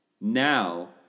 Now